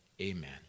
Amen